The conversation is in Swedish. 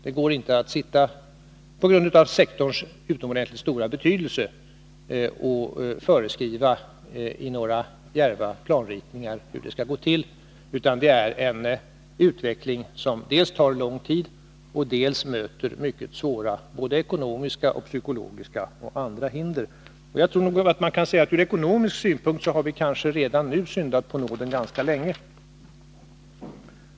Det går inte, på grund av sektorns mycket stora betydelse, att sitta och föreskriva i några djärva planritningar hur det skall gå till, utan det är en utveckling som dels tar lång tid, dels möter mycket svåra ekonomiska, psykologiska och andra hinder. Man kan säga att vi ur ekonomisk synpunkt redan nu syndat ganska länge.